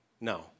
No